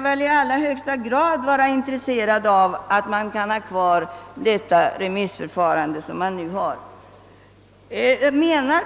väl vara i allra högsta grad intresserad av att bibehålla detta remissförfarande såsom det nu praktiseras.